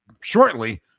shortly